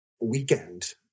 weekend